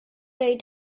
day